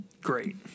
great